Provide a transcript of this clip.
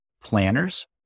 planners